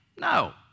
No